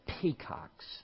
peacocks